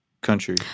Country